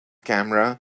camera